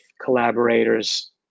collaborators